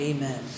Amen